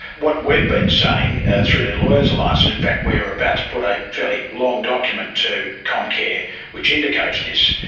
what we've been saying through the lawyers alliance, and in fact we are about to put a fairly long document to comcare which indicates this,